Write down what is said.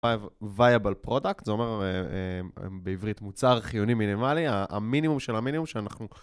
Viable product, זה אומר בעברית מוצר חיוני מינימלי, המינימום של המינימום שאנחנו...